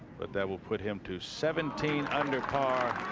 but that will put him to seventeen under par.